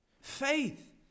Faith